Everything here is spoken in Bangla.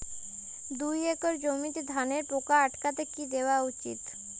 দুই একর জমিতে ধানের পোকা আটকাতে কি দেওয়া উচিৎ?